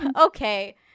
Okay